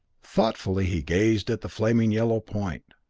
thoughtfully he gazed at the flaming yellow point.